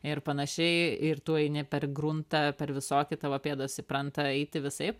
ir panašiai ir tu eini per gruntą per visokį tavo pėdos įpranta eiti visaip